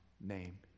name